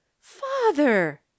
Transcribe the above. Father